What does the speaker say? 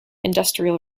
industrial